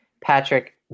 Patrick